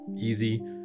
easy